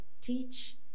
teach